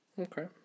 Okay